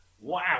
Wow